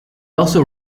also